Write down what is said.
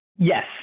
Yes